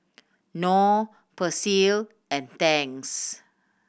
Knorr Persil and Tangs